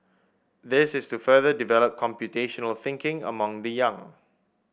this is to further develop computational thinking among the young